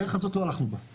לא הלכנו בדרך הזאת,